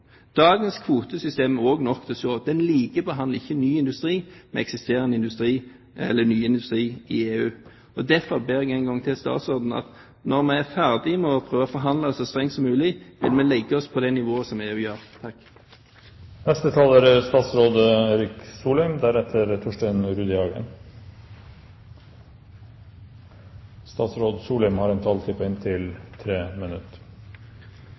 Dagens kvotesystem er også nok til å se at en ikke likebehandler ny industri med eksisterende industri, eller ny industri i EU. Derfor ber jeg statsråden én gang til: Når vi er ferdig med å prøve å forhandle så strengt som mulig, må vi legge oss på det nivået som EU gjør. Solvik-Olsen hevder at han ikke får svar, men det er jo, med all respekt, fordi han ikke hører etter. Det jeg har sagt nå veldig, veldig tydelig, er